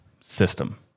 system